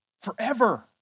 Forever